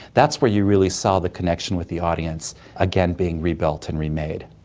that's where you really saw the connection with the audience again being rebuilt and remade.